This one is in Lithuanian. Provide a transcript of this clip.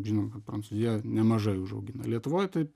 žinoma prancūzijoj nemažai užaugina lietuvoj taip